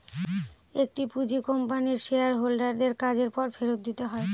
একটি পুঁজি কোম্পানির শেয়ার হোল্ডার দের কাজের পর ফেরত দিতে হয়